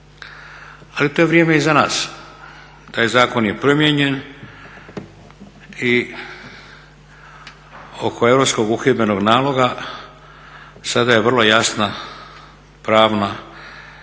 Ali to je vrijeme iza nas, taj zakon je promijenjen i oko Europskog uhidbenog naloga sada je vrlo jasna pravna situacija.